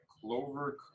Clover